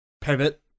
pivot